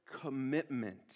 commitment